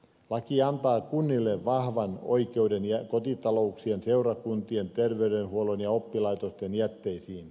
laki antaa kunnille vahvan oikeuden kotitalouksien seurakuntien terveydenhuollon ja oppilaitosten jätteisiin